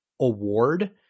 award